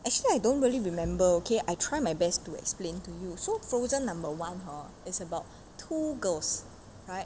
actually I don't really remember okay I try my best to explain to you so frozen number one hor is about two girls